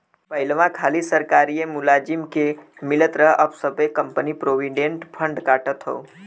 पहिलवा खाली सरकारिए मुलाजिम के मिलत रहे अब सब्बे कंपनी प्रोविडेंट फ़ंड काटत हौ